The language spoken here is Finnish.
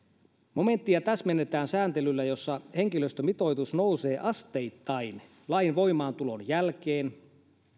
momenttia täsmennetään sääntelyllä jossa henkilöstömitoitus nousee asteittain lain voimaantulon jälkeen